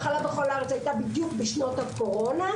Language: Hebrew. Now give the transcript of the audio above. ההחלה בכל הארץ הייתה בדיוק בשנות הקורונה,